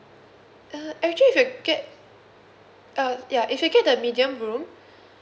uh actually if you get uh ya if you get the medium room